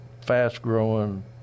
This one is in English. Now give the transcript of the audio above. fast-growing